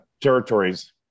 territories